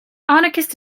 anarchist